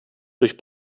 durch